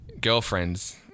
girlfriends